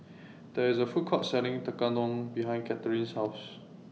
There IS A Food Court Selling Tekkadon behind Kathrine's House